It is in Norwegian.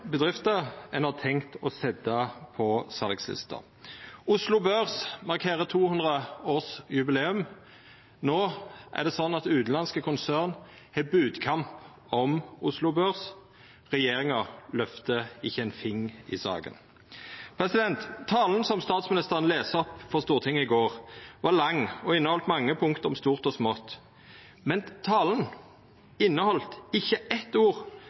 bedrifter ein har tenkt å setja på salslista. Oslo Børs markerer 200-årsjubileum. No er det sånn at utanlandske konsern har bodkamp om Oslo Børs. Regjeringa løftar ikkje ein finger i saka. Talen som statsministeren las opp for Stortinget i går, var lang og inneheldt mange punkt om stort og smått. Men talen inneheldt ikkje eitt ord